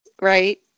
Right